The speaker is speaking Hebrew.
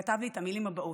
כתב לי את המילים הבאות: